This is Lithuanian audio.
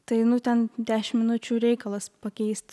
tai nu ten dešim minučių reikalas pakeist